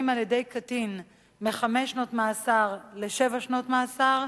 על-ידי קטין מחמש שנות מאסר לשבע שנות מאסר,